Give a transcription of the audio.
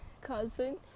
cousin